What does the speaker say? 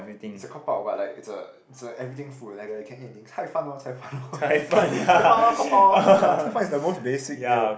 it's a cop out but like it's a it's a everything food like you can eat anything lor lor ppo lor cop out lor ya is the most basic meal